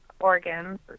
organs